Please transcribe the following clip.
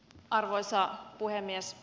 arvoisa puhemies